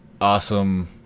awesome